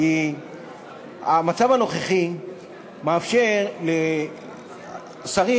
כי המצב הנוכחי מאפשר לשרים,